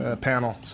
panel